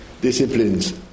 disciplines